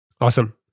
Awesome